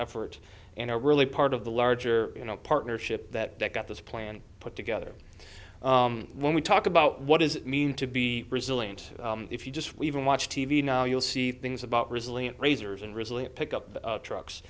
effort and are really part of the larger you know partnership that got this plan put together when we talk about what does it mean to be resilient if you just we even watch t v now you'll see things about resilient razors and resilient pick up trucks